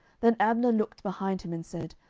then abner looked behind him, and said,